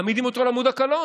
מעמידים אותו על עמוד הקלון.